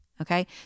okay